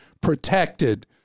protected